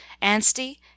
Anstey